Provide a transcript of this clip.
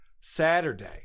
Saturday